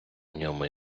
ньому